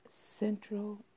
central